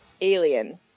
Alien